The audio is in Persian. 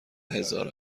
هزار